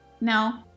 no